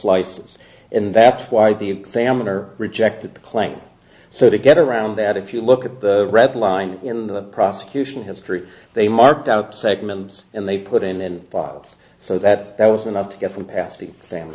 slices and that's why the examiner rejected claims so to get around that if you look at the red line in the prosecution history they marked out segments and they put in bottles so that that was enough to get them past the family